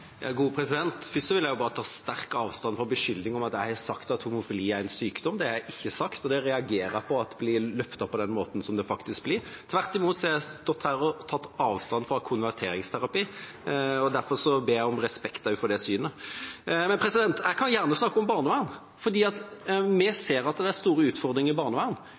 Først vil jeg ta sterkt avstand fra beskyldningen om at jeg har sagt at homofili er en sykdom. Det har jeg ikke sagt, og det reagerer jeg på at blir løftet på den måten det faktisk blir. Tvert imot har jeg stått her og tatt avstand fra konverteringsterapi. Derfor ber jeg om respekt for det synet. Jeg kan gjerne snakke om barnevern, for vi ser at det er store utfordringer i